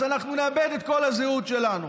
אז אנחנו נאבד את כל הזהות שלנו.